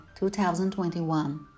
2021